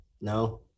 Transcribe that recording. No